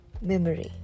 memory